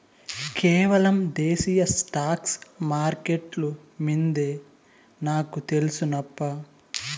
కేవలం దేశీయ స్టాక్స్ మార్కెట్లు మిందే నాకు తెల్సు నప్పా